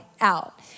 out